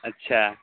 اچھا